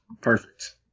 Perfect